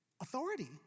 authority